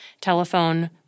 Telephone